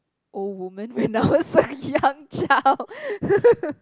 old woman when I was a young child